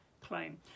claim